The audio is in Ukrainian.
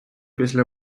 після